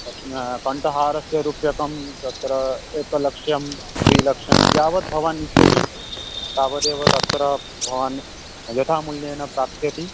कण्ठहारस्य रूप्यकम् तत्र एकलक्षं द्विलक्षं यावत् भवान् इच्छति तावदेव तत्र भवान् यथा मूल्येण प्राप्सति